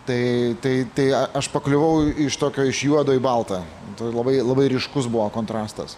tai tai tai aš pakliuvau iš tokio iš juodo į baltą tai labai labai ryškus buvo kontrastas